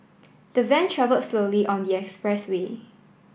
the van travel slowly on the expressway